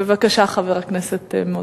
בבקשה, חבר הכנסת מוזס.